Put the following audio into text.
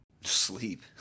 Sleep